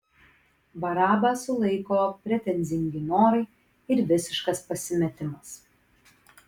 barabą sulaiko pretenzingi norai ir visiškas pasimetimas